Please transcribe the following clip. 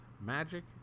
Magic